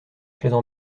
chaises